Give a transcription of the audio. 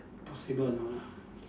possible or not ah